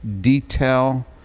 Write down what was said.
detail